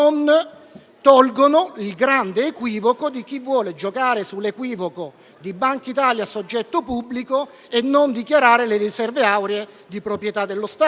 tolgono il grande equivoco di chi vuole giocare sull'equivoco di Bankitalia soggetto pubblico e non dichiarare le riserve auree di proprietà dello Stato.